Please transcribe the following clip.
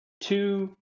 two